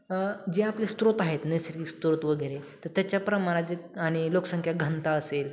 जे आपले स्त्रोत आहेत नैसर्गिक स्त्रोत वगैरे तर त्याच्या प्रमानात ज आणि लोकसंख्या घनता असेल